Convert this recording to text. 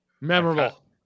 memorable